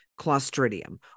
clostridium